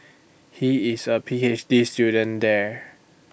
he is A P H D student there